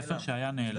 התפר שהיה נעלם.